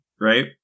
right